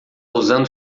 usando